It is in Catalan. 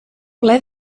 ple